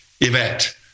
event